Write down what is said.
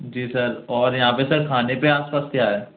जी sir और यहाँ पर सर खाने पर आस पास क्या है